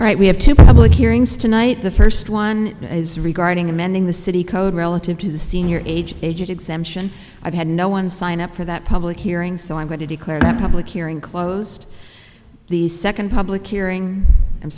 right we have to public hearings tonight the first one is regarding amending the city code relative to the senior age age exemption i've had no one sign up for that public hearing so i'm going to declare that public hearing closed the second public hearing i'm